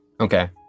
Okay